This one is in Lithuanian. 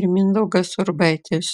ir mindaugas urbaitis